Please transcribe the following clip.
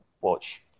watch